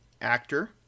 actor